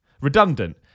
redundant